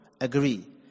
agree